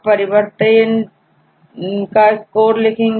अब परिवर्तित का स्कोर लिखें